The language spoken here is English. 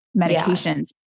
medications